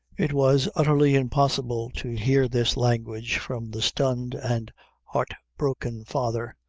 it was utterly impossible to hear this language from the stunned and heart-broken father,